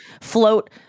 float